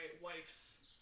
wife's